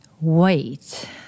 wait